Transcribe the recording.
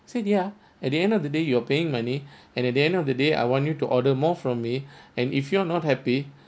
said ya at the end of the day you are paying money and at the end of the day I want you to order more from me and if you're not happy